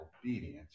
obedience